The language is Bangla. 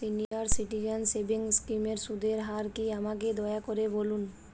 সিনিয়র সিটিজেন সেভিংস স্কিমের সুদের হার কী আমাকে দয়া করে বলুন